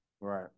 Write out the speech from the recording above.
Right